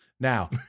now